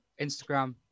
Instagram